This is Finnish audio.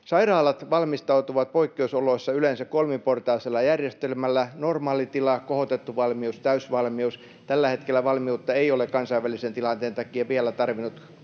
Sairaalat valmistautuvat poikkeusoloissa yleensä kolmiportaisella järjestelmällä: normaalitila, kohotettu valmius, täysvalmius. Tällä hetkellä valmiutta ei ole kansainvälisen tilanteen takia vielä tarvinnut korottaa.